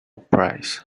price